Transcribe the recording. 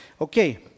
Okay